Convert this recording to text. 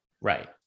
right